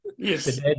Yes